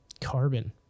carbon